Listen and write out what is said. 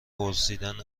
پرسیدن